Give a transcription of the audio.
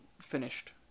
finished